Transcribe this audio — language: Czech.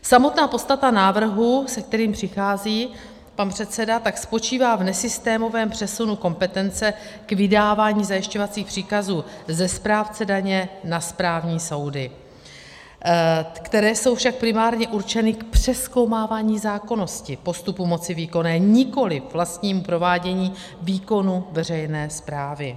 Samotná podstata návrhu, se kterým přichází pan předseda, spočívá v nesystémovém přesunu kompetence k vydávání zajišťovacích příkazů ze správce daně na správní soudy, které jsou však primárně určeny k přezkoumávání zákonnosti postupu moci výkonné, nikoliv k vlastnímu provádění výkonu veřejné správy.